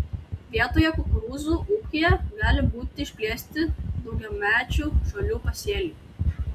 vietoje kukurūzų ūkyje gali būti išplėsti daugiamečių žolių pasėliai